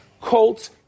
Colts